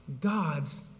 God's